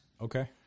okay